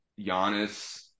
Giannis